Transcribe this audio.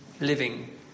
living